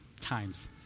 times